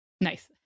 Nice